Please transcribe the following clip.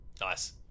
Nice